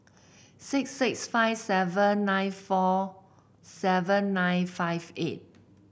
six six five seven nine four seven nine five eight